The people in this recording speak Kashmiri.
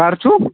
کَر چھُو